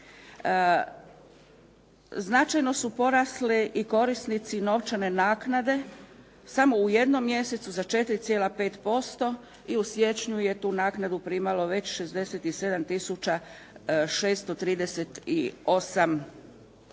Značajno su porasli i korisnici novčane naknade samo u jednom mjesecu za 4,5% i u siječnju je tu naknadu primalo već 67